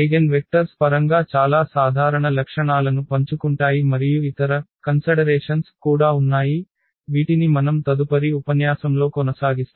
eigenvectors పరంగా చాలా సాధారణ లక్షణాలను పంచుకుంటాయి మరియు ఇతర పరిగణనలు కూడా ఉన్నాయి వీటిని మనం తదుపరి ఉపన్యాసంలో కొనసాగిస్తాము